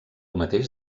mateix